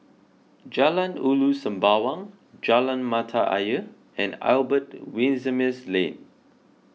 Jalan Ulu Sembawang Jalan Mata Ayer and Albert Winsemius Lane